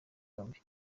yombi